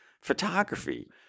Photography